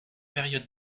période